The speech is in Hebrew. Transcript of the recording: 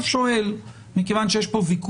כוועדת